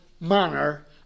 manner